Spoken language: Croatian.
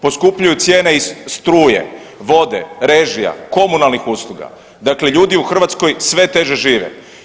Poskupljuju cijene i struje, vode, režija, komunalnih usluga, dakle ljudi u Hrvatskoj sve teže žive.